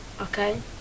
okay